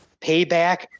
payback